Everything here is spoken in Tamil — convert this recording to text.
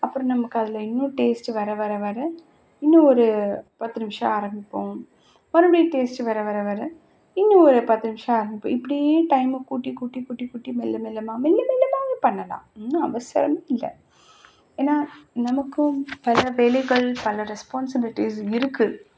அப்புறம் நமக்கு அதில் இன்னும் டேஸ்ட்டு வர வர வர இன்னும் ஒரு பத்து நிமிஷம் ஆரம்பிப்போம் மறுபடியும் டேஸ்ட்டு வர வர வர இன்னும் ஒரு பத்து நிமிஷம் ஆரம்பிப்போம் இப்படியே டைமை கூட்டி கூட்டி கூட்டி கூட்டி மெல்ல மெல்லமாக மெல்ல மெல்லமாகவும் பண்ணலாம் ஒன்றும் அவசரமே இல்லை ஏன்னால் நமக்கும் பல வேலைகள் பல ரெஸ்பான்ஸிபிலிட்டிஸ் இருக்குது